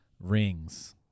rings